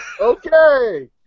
Okay